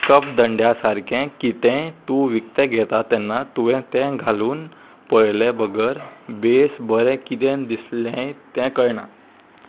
cup धंड्या सारकें कितेंय तूं विकतें घेता तेन्ना तुवें तें घालून पळयलें बगर बेस बरें किदें दिसलें तें कळना